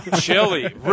Chili